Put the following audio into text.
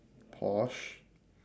porsche